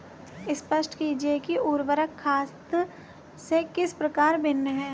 स्पष्ट कीजिए कि उर्वरक खाद से किस प्रकार भिन्न है?